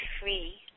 free